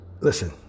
listen